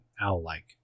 owl-like